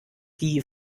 die